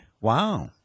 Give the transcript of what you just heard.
wow